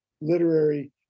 literary